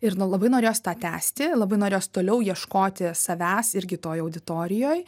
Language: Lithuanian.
ir nu labai norėjos tą tęsti labai norėjos toliau ieškoti savęs irgi toj auditorijoj